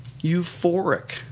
euphoric